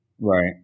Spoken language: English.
Right